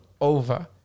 over